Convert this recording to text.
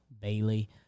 Bailey